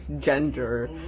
gender